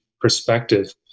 perspective